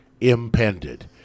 impended